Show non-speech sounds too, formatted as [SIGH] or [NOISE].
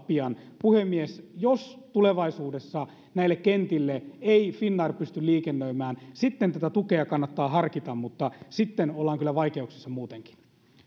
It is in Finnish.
[UNINTELLIGIBLE] pian puhemies jos tulevaisuudessa näille kentille ei finnair pysty liikennöimään sitten tätä tukea kannattaa harkita mutta sitten ollaan kyllä vaikeuksissa muutenkin